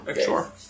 Sure